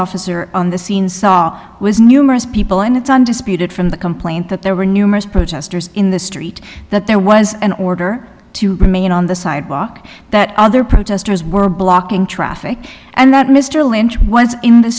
officer on the scene saw was numerous people and it's undisputed from the complaint that there were numerous protesters in the street that there was an order to remain on the sidewalk that other protesters were blocking traffic and that mr lynch was in the